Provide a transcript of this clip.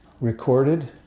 recorded